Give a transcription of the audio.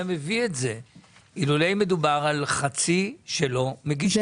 מביא את זה אילולא מדובר על חצי שלא מגישים.